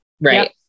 Right